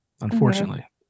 unfortunately